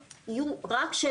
הלך,